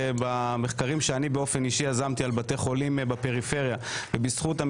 ממש לפני שבועיים קיבלנו נתונים על המעורבות ההולכת וגוברת של